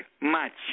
match